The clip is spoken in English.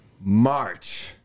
March